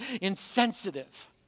insensitive